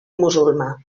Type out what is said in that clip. musulmà